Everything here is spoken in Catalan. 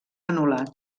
anul·lat